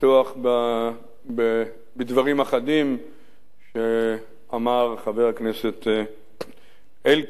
לפתוח בדברים אחדים שאמר חבר הכנסת אלקין,